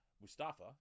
Mustafa